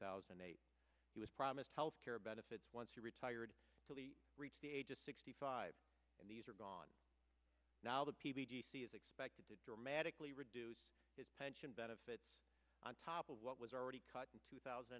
thousand and eight he was promised health care benefits once he retired to reach the age of sixty five and these are gone now the pvc is expected to dramatically reduce its pension benefits on top of what was already cut in two thousand